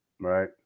right